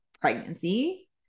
pregnancy